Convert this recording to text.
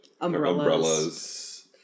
umbrellas